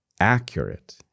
Accurate